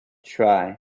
try